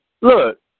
Look